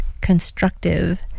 constructive